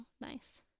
nice